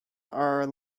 are